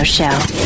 Show